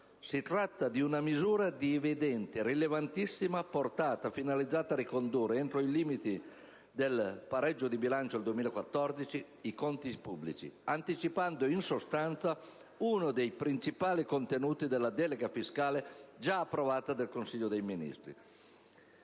Si tratta di una misura di evidente e rilevantissima portata, finalizzata a ricondurre entro i limiti del pareggio di bilancio nel 2014 i conti pubblici, anticipando in sostanza uno dei principali contenuti della delega fiscale già approvata dal Consiglio dei ministri.